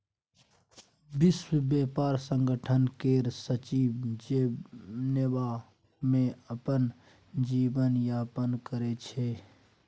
विश्व ब्यापार संगठन केर सचिव जेनेबा मे अपन जीबन यापन करै छै